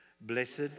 Blessed